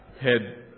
head